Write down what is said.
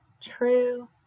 true